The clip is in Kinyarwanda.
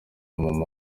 mama